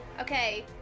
okay